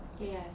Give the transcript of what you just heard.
yes